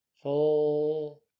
full